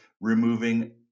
removing